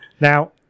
Now